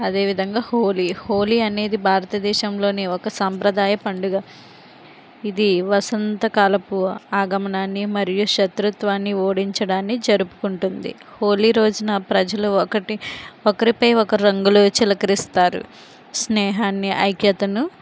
అదేవిధంగా హోలీ హోలీ అనేది భారతదేశంలోని ఒక సంప్రదాయ పండుగ ఇది వసంతకాలపు ఆగమనాన్ని మరియు శత్రుత్వాన్ని ఓడించడాన్ని జరుపుకుంటుంది హోలీ రోజున ప్రజలు ఒకటి ఒకరిపై ఒకరు రంగులు చిలకరిస్తారు స్నేహాన్ని ఐక్యతను